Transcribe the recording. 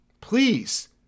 Please